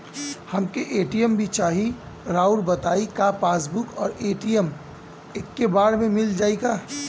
हमके ए.टी.एम भी चाही राउर बताई का पासबुक और ए.टी.एम एके बार में मील जाई का?